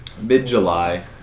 mid-July